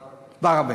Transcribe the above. וערבים.